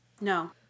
No